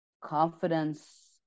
Confidence